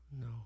No